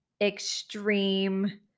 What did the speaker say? extreme